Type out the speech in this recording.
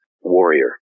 warrior